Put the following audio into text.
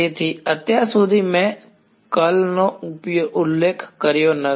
તેથી અત્યાર સુધી મેં કર્લ નો ઉલ્લેખ કર્યો છે